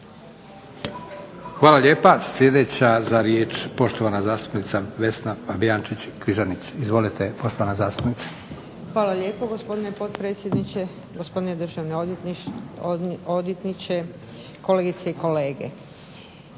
Hvala lijepo. Sljedeća za riječ poštovana zastupnica Vesna Fabijančić-Križanić. Izvolite. **Fabijančić Križanić, Vesna (SDP)** Hvala lijepo gospodine potpredsjedniče, gospodine državni odvjetniče, kolegice i kolege.